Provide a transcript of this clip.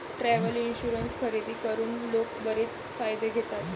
travel insurance खरेदी करून लोक बरेच फायदे घेतात